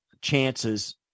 chances